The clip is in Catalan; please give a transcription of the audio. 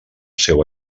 seu